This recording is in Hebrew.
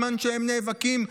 בזמן שהם נאבקים,